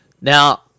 Now